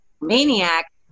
maniac